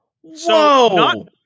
Whoa